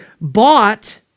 bought